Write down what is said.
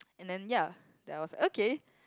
and then ya then I was okay